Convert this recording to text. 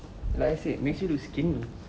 like I said makes you to skinny